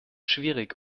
schwierig